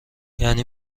یعنی